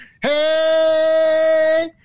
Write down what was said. Hey